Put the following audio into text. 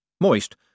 Moist